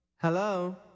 Hello